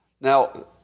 Now